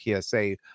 PSA